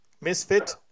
Misfit